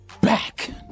back